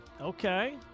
Okay